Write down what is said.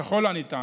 ככל הניתן,